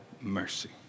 mercy